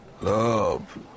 love